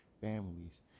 families